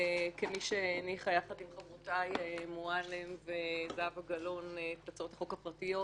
כמי שהניחה יחד עם חברותיי מועלם וזהבה גלאון את הצעות החוק הפרטיות,